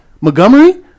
Montgomery